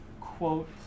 quote